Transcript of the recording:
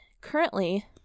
currently